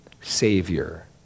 Savior